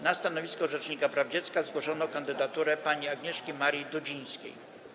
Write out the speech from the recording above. Na stanowisko rzecznika praw dziecka zgłoszono kandydaturę pani Agnieszki Marii Dudzińskiej.